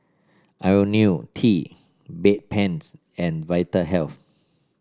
IoniL T Bedpans and Vitahealth